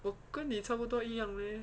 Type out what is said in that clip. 我跟你差不多一样 leh